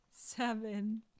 Seven